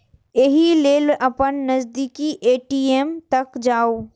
एहि लेल अपन नजदीकी ए.टी.एम तक जाउ